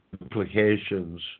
implications